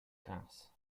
gas